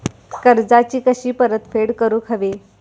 कर्जाची कशी परतफेड करूक हवी?